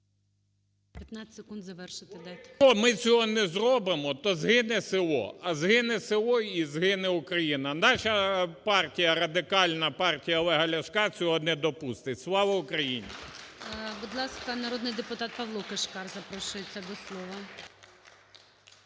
15 секунд завершити дайте. МОСІЙЧУК І.В. Бо якщо ми цього не зробимо, то згине село. А згине село – і згине Україна. Наша партія, Радикальна партія Олега Ляшка цього не допустить. Слава Україні! ГОЛОВУЮЧИЙ. Будь ласка, народний депутат Павло Кишкар запрошується до слова.